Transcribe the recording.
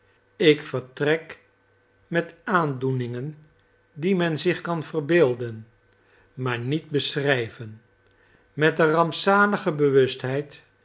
ik vertrek met aandoeningen die men zich kan verbeelden maar niet beschrijven met de rampzalige